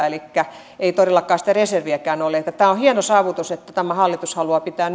elikkä ei todellakaan sitä reserviäkään ole tämä on hieno saavutus että tämä hallitus haluaa pitää